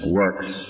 works